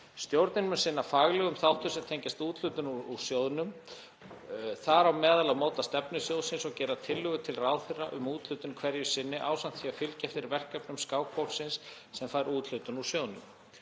Stjórnin mun sinna faglegum þáttum sem tengjast úthlutun úr sjóðnum, þar á meðal að móta stefnu sjóðsins og gera tillögur til ráðherra um úthlutun hverju sinni ásamt því að fylgja eftir verkefnum skákfólksins sem fær úthlutun úr sjóðnum.